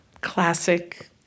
classic